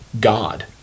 God